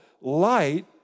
Light